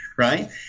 Right